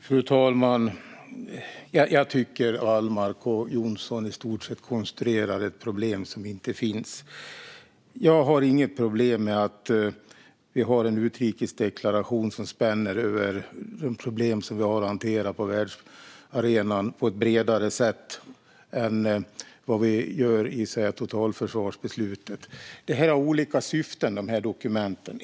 Fru talman! Jag tycker att Wallmark och Jonson i stort sett konstruerar ett problem som egentligen inte finns. Jag har inget problem med att vi har en utrikesdeklaration som spänner över de problem som vi har att hantera på världsarenan på ett bredare sätt än vad som är fallet i totalförsvarsbeslutet. De här dokumenten har olika syften.